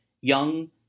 young